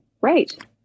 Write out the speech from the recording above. Right